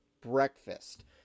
breakfast